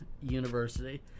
University